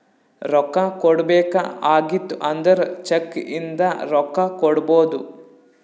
ರೊಕ್ಕಾ ಕೊಡ್ಬೇಕ ಆಗಿತ್ತು ಅಂದುರ್ ಚೆಕ್ ಇಂದ ರೊಕ್ಕಾ ಕೊಡ್ಬೋದು